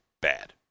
bad